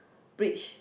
bridge